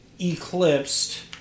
eclipsed